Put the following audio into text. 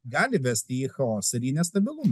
gali vesti į chaosą ir į nestabilumą